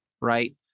right